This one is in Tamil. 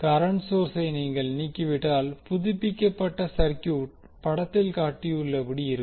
கரண்ட் சோர்ஸை நீங்கள் நீக்கிவிட்டால் புதுப்பிக்கப்பட்ட சர்கியூட் படத்தில் காட்டியுள்ளபடி இருக்கும்